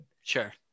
Sure